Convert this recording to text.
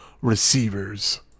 receivers